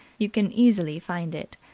you can easily find it.